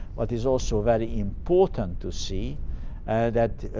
but it's also very important to see that